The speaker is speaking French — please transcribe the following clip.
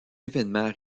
événements